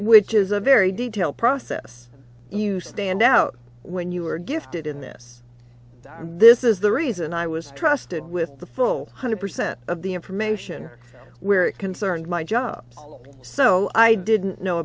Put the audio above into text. which is a very detailed process you stand out when you are gifted in this this is the reason i was trusted with the full one hundred percent of the information where it concerned my job so i didn't know